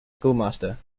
schoolmaster